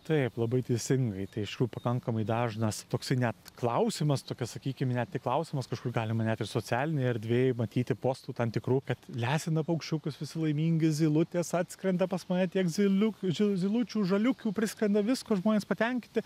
taip labai teisingai tai iš tikrųjų pakankamai dažnas toksai net klausimas tokia sakykim ne tik klausimas kažkur galima net ir socialinėj erdvėj matyti postų tam tikrų kad lesina paukščiukus visi laimingi zylutės atskrenda pas mane tiek zyliukių zylučių žaliukių priskrenda visko žmonės patenkinti